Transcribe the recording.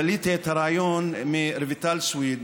דליתי את הרעיון מרויטל סויד,